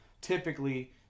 typically